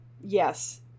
yes